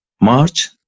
March